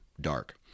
dark